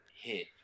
hit